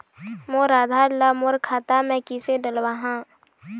मोर आधार ला मोर खाता मे किसे डलवाहा?